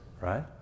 right